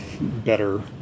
better